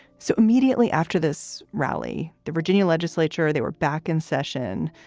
so immediately after this rally, the virginia legislature, they were back in session.